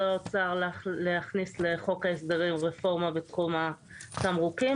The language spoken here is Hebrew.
האוצר להכניס לחוק ההסדרים רפורמה בתחום התמרוקים,